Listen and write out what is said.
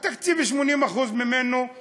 80% ממנו הם